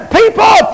people